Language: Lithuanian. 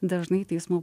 dažnai teismų